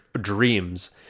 dreams